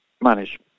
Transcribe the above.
manage